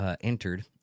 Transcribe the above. entered